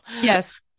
yes